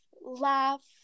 laugh